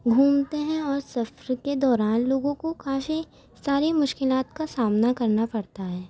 گھومتے ہیں اور سفر کے دوران لوگوں کو کافی ساری مشکلات کا سامنا کرنا پڑتا ہے